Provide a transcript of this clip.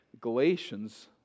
Galatians